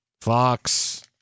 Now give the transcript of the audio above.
Fox